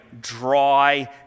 dry